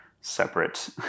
separate